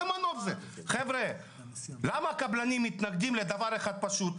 למה קבלנים מתנגדים לדבר פשוט,